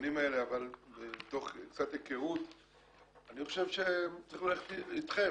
בדיונים האלה אבל מתוך קצת היכרות אני חושב שצריך ללכת איתכם,